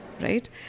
Right